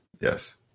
Yes